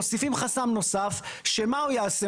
מוסיפים חסם נוסף, שמה הוא יעשה?